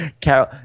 Carol